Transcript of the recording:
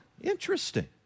Interesting